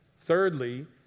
Thirdly